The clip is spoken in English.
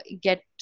get